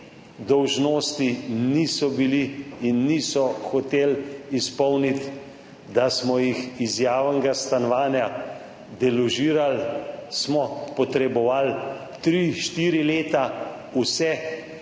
dolžnosti niso hoteli izpolniti. Da smo jih iz javnega stanovanja deložirali, smo potrebovali tri, štiri leta. Vse